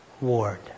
ward